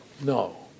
No